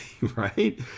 right